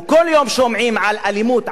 וכל יום שומעים על אלימות,